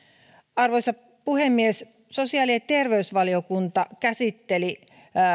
arvoisa puhemies sosiaali ja terveysvaliokunta käsitteli